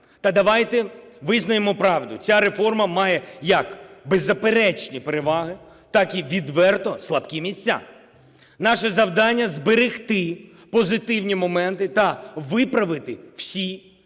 Та давайте визнаємо правду: ця реформа має як беззаперечні переваги, так і відверто слабкі місця. Наше завдання – зберегти позитивні моменти та виправити всі